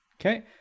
Okay